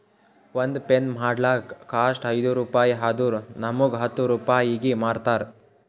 ಒಂದ್ ಪೆನ್ ಮಾಡ್ಲಕ್ ಕಾಸ್ಟ್ ಐಯ್ದ ರುಪಾಯಿ ಆದುರ್ ನಮುಗ್ ಹತ್ತ್ ರೂಪಾಯಿಗಿ ಮಾರ್ತಾರ್